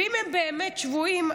ואם הם באמת שבויים,